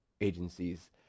agencies